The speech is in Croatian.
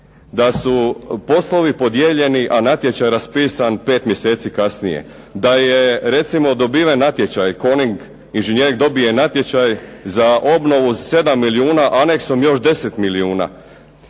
Da su poslovi podijeljeni, a natječaj raspisan 5 mjeseci kasnije, da je recimo dobiven natječaj Coning inžinjering dobije natječaj za obnovu 7 milijuna, a anexom još 10 milijuna,